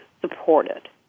supported